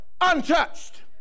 untouched